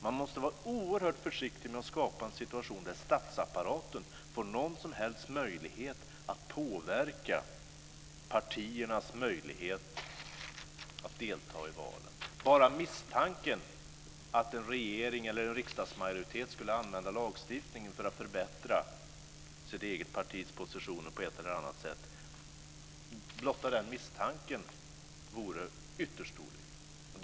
Man måste vara oerhört försiktig med att skapa en situation där statsapparaten får någon som helst möjlighet att påverka partiernas möjligheter att delta i valen. Blotta misstanken om att en regering eller en riksdagsmajoritet skulle använda lagstiftningen för att förbättra sitt eget partis position på ett eller annat sätt vore ytterst olycklig.